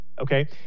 Okay